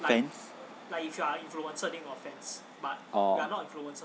fans oh